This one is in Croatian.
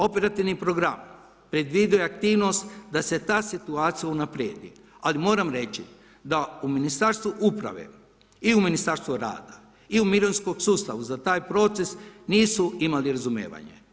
Operativni program predvidio je aktivnost da se ta situacija unaprijedi, ali moram reći da u Ministarstvu uprave i Ministarstvu rada i u mirovinskom sustavu za taj proces nisu imali razumijevanja.